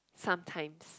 sometimes